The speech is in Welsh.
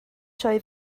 sioe